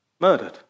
murdered